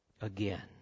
again